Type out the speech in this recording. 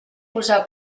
posar